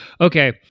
Okay